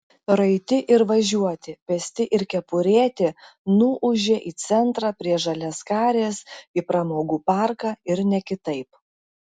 raiti ir važiuoti pėsti ir kepurėti nuūžė į centrą prie žaliaskarės į pramogų parką ir ne kitaip